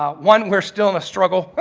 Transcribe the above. um one we're still in a struggle,